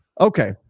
Okay